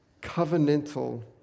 Covenantal